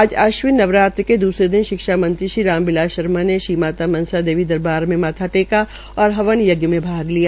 आज आश्विन नवरात्र के दूसरे दिन शिक्षा मंत्री राम बिलास शर्मा ने श्री माता मनसा देवी दरबार मे माथा टेका और हवन यज्ञ में भाग लिया